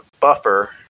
buffer